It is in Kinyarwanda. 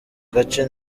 gace